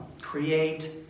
create